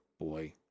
boy